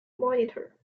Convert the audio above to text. monitor